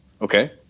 Okay